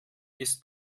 ist